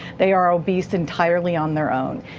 they are obese entirely on their own.